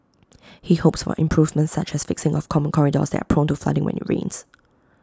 he hopes for improvements such as the fixing of common corridors that are prone to flooding when IT rains